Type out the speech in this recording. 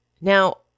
Now